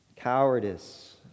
cowardice